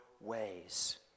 ways